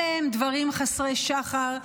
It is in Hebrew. אלה הם דברים חסרי שחר,